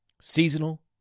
seasonal